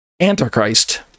Antichrist